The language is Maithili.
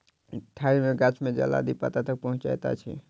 ठाइड़ सॅ गाछ में जल आदि पत्ता तक पहुँचैत अछि